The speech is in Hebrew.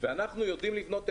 אני לא יודע אם אתם יודעים,